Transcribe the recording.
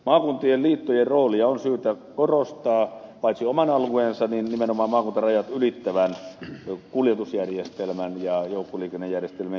maakuntien liittojen roolia on syytä korostaa paitsi oman alueensa niin nimenomaan maakuntarajat ylittävän kuljetusjärjestelmän ja joukkoliikennejärjestelmien kehittämisessä